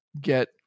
get